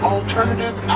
Alternative